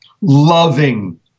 loving